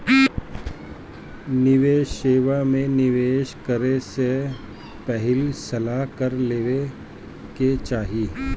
निवेश सेवा में निवेश करे से पहिले सलाह कर लेवे के चाही